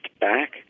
back